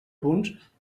punts